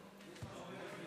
19) (הוראת שעה),